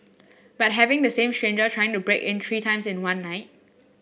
but having the same stranger trying to break in three times in one night